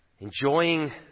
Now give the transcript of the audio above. enjoying